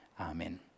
Amen